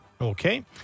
Okay